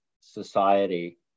society